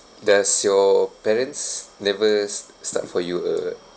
does your parents never start for you a